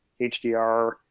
HDR